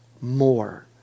more